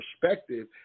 perspective